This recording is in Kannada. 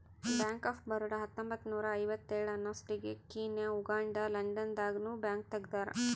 ಬ್ಯಾಂಕ್ ಆಫ್ ಬರೋಡ ಹತ್ತೊಂಬತ್ತ್ನೂರ ಐವತ್ತೇಳ ಅನ್ನೊಸ್ಟಿಗೆ ಕೀನ್ಯಾ ಉಗಾಂಡ ಲಂಡನ್ ದಾಗ ನು ಬ್ಯಾಂಕ್ ತೆಗ್ದಾರ